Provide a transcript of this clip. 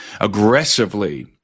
aggressively